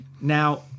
now